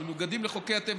או שמנוגדים לחוקי הטבע,